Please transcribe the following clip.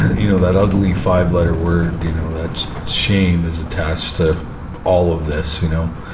you know that ugly five letter word, you know that shame is attached to all of this, you know.